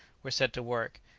were set to work,